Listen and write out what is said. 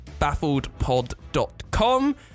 baffledpod.com